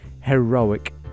heroic